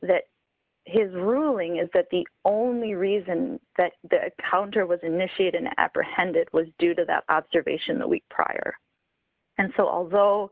his ruling is that the only reason that the counter was initiated apprehended was due to the observation that week prior and so although